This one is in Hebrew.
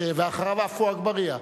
ואחריו, עפו אגבאריה.